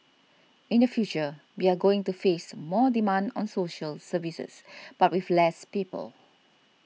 in the future we are going to face more demand on social services but with less people